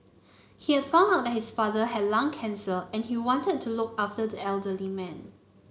he had found out that his father had lung cancer and he wanted to look after the elderly man